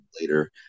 later